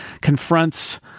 confronts